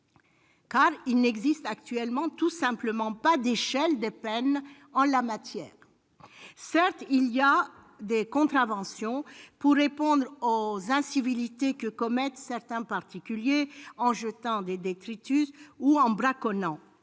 il n'existe tout simplement pas d'échelle des peines en la matière. Certes, des contraventions sont prévues pour répondre aux incivilités que commettent certains particuliers, en jetant des détritus ou en braconnant,